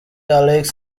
alex